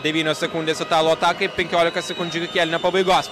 devynios sekundės italų atakai penkiolika sekundžių iki kėlinio pabaigos